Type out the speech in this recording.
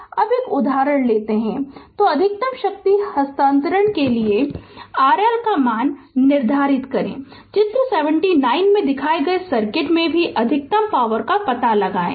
Refer Slide Time 1024 तो अधिकतम शक्ति हस्तांतरण के लिए RL का मान निर्धारित करें चित्र 79 में दिखाए गए सर्किट में भी अधिकतम पॉवर का पता लगाएं